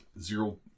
zero